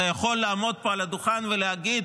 אתה יכול לעמוד פה על הדוכן ולהגיד,